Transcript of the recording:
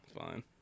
Fine